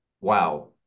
wow